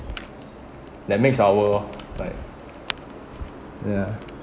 that makes our world lor like ya